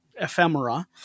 ephemera